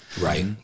Right